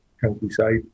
countryside